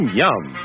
yum